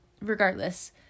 regardless